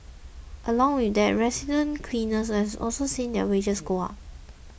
along with that resident cleaners have also seen their wages go up